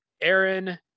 Aaron